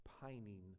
pining